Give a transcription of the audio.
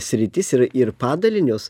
sritis ir ir padalinius